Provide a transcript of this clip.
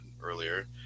earlier